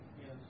Yes